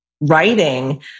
writing